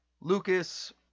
Lucas